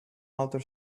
outer